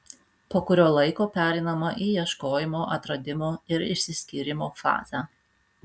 po kurio laiko pereinama į ieškojimo atradimo ir išsiskyrimo fazę